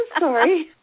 sorry